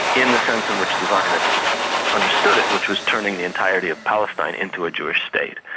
in the sense in which the zionists understood it, which was turning the entirety of palestine into a jewish state,